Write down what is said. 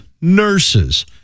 nurses